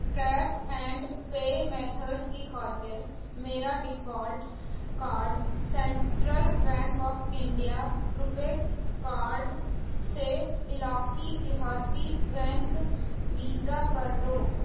tape and pay method کی خاطر میرا default card central bank of India RuPay card سے علاقی دیہاتی بینک ویزا کر دو